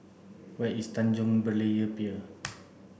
where is Tanjong Berlayer Pier